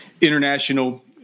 international